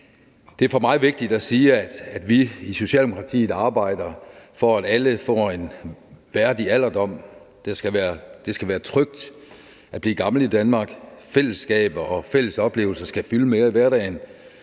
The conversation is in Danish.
det er for mig vigtigt at sige, at vi i Socialdemokratiet arbejder for, at alle får en værdig alderdom. Det skal være trygt at være gammel i Danmark, fællesskaber og fælles oplevelser skal fylde mere i hverdagen.